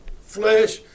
flesh